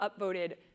upvoted